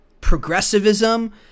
progressivism